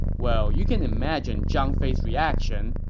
well, you can imagine zhang fei's reaction.